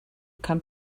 come